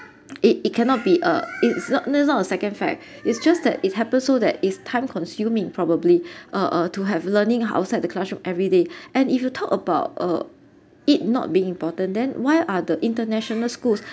it it cannot be a it's not it's not a second fact it's just that it happen so that is time consuming probably uh uh to have learning outside the classroom every day and if you talk about uh it not being important then why are the international schools